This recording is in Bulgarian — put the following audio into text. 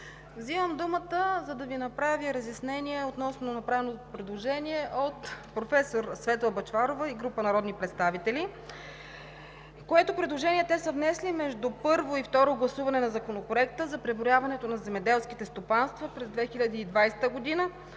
Вземам думата, за да Ви направя разяснения относно направеното предложение от професор Светла Бъчварова и група народни представители, което те са внесли между първо и второ гласуване на Законопроекта за преброяването на земеделските стопанства през 2020 г.,